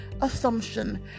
assumption